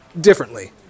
differently